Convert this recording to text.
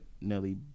Nelly